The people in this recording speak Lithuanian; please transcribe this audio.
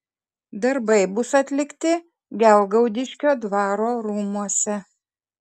darbai bus atlikti gelgaudiškio dvaro rūmuose